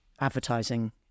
advertising